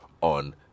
on